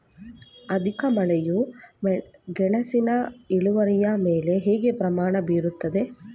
ಅಧಿಕ ಮಳೆಯು ಮೆಣಸಿನ ಇಳುವರಿಯ ಮೇಲೆ ಹೇಗೆ ಪರಿಣಾಮ ಬೀರುತ್ತದೆ?